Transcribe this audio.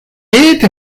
the